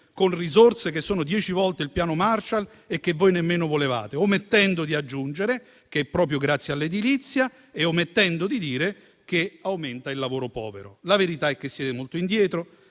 con risorse che sono 10 volte il piano Marshall e che voi nemmeno volevate - omettendo di aggiungere che è proprio grazie all'edilizia che aumenta il lavoro povero. La verità è che siete molto indietro,